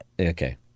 Okay